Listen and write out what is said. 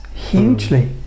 hugely